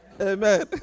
Amen